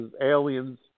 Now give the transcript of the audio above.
aliens